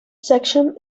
section